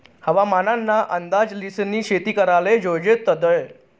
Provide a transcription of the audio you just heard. हवामान ना अंदाज ल्हिसनी शेती कराले जोयजे तदय